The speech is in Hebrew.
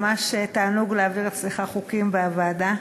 ממש תענוג להעביר חוקים אצלך בוועדה.